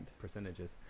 percentages